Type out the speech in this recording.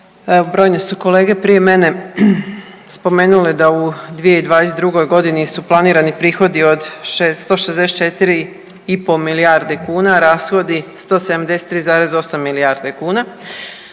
brojne su kolege prije mene spomenule da u 2022. godini su planirani prihodi od 164 i po milijarde kune, rashodi 173,8 milijarde kuna